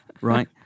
right